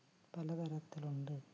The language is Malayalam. പല തരത്തിലുണ്ട്